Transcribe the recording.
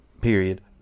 Period